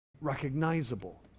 recognizable